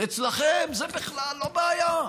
אצלכם זה בכלל לא בעיה.